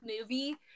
movie